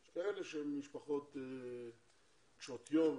יש כאלה שהם ממשפחות קשות יום,